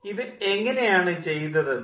ഇത് എങ്ങനെയാണ് ചെയ്തതെന്ന്